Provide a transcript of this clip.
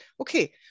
okay